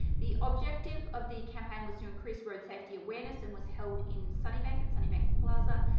the objective of the campaign was to increase road safety awareness and was held in sunnybank at sunnybank plaza.